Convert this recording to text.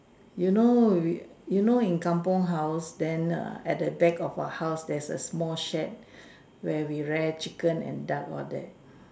you know you know in kampung house then err at the back of our house there's a small shed where we rear chicken and duck all that